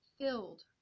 filled